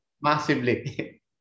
Massively